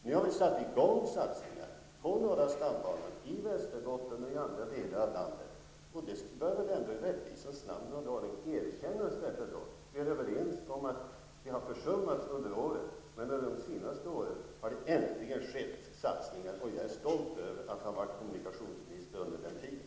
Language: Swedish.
Nu har vi satt i gång satsningar på norra stambanan, i Västerbotten och i andra delar av landet. Detta bör väl ändå i rättvisans namn erkännas. Vi är överens om att detta har försummats under årens lopp, men under senare år har det äntligen skett satsningar, och jag är stolt över att ha varit kommunikationsminister under den tiden.